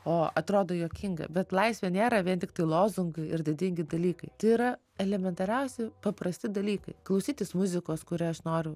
o atrodo juokinga bet laisvė nėra vien tiktai lozungai ir didingi dalykai tai yra elementariausi paprasti dalykai klausytis muzikos kurią aš noriu